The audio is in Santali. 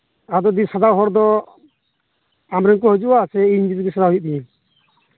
ᱟᱫᱚ ᱫᱤ ᱦᱟᱛᱟᱣ ᱦᱚᱲ ᱫᱚ ᱟᱢᱨᱮᱱ ᱠᱚ ᱦᱤᱡᱩᱜᱼᱟ ᱥᱮ ᱤᱧ ᱱᱤᱡᱮᱜᱮ ᱪᱟᱞᱟᱣ ᱦᱩᱭᱩᱜ ᱛᱤᱧᱟᱹ